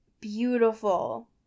beautiful